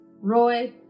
Roy